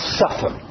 suffer